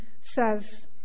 says